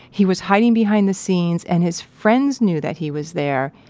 he was hiding behind the scenes and his friends knew that he was there,